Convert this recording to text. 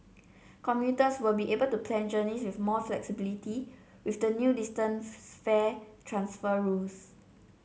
commuters will be able to plan journeys with more flexibility with the new distance fare transfer rules